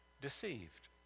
deceived